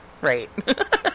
Right